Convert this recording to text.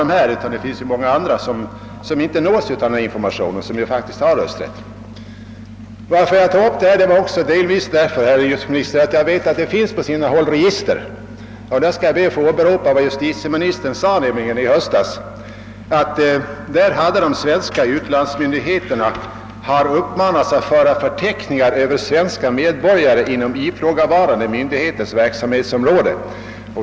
de SARA det finns många andra som inte nås av denna information :-men som har rösträtt. - Att jag tog upp denna fråga beror delvis, herr utrikesminister, också på att jag vet att det. på sina håll finns register... På den punkten vill jag åberopa vad justitieministernyttrade i höstas, nämligen att de svenska utlandsmyndigheterna hade uppmanats »att föra förteckningar över 'svenska medborgare inom ifrågavarande myndigheters verksamhetsområde:.